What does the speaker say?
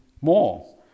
more